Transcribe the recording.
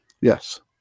Yes